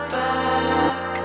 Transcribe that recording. back